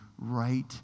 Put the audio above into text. right